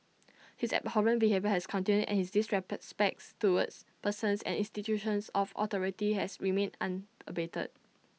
his abhorrent behaviour has continued and his disrespects towards persons and institutions of authority has remained unabated